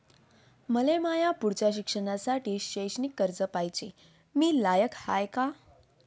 मले माया पुढच्या शिक्षणासाठी शैक्षणिक कर्ज पायजे, मी लायक हाय का?